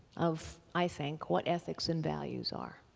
of, i think, what ethics and values are.